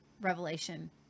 Revelation